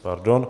Pardon.